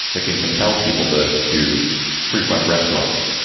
that can compel people to to frequent restaurants.